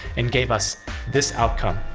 and gave us this outcome.